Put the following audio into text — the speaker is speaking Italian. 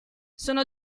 sono